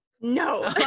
no